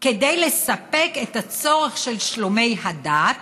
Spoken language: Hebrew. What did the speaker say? כדי לספק את הצורך של שלומי הדת